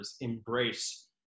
embrace